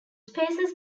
spaces